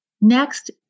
Next